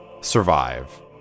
survive